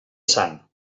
sant